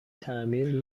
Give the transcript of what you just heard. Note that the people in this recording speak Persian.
تعمیر